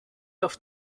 auf